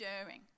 stirring